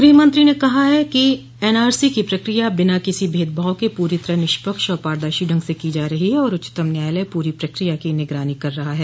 गृहमंत्री कहा कि एनआरसी की प्रक्रिया बिना किसी भेदभाव के पूरी तरह निष्पक्ष और पारदर्शी ढंग से की जा रही है और उच्चतम न्यायालय पूरी प्रक्रिया की निगरानी कर रहा है